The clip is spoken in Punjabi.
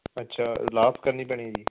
ਅੱਛਾ ਲਾਭ ਕਰਨੀ ਪੈਣੀ ਐ ਜੀ